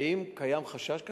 האם קיים חשש כזה?